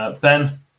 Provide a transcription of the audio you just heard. Ben